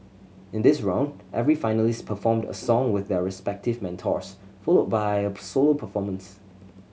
in this round every finalist performed a song with their respective mentors followed by solo performance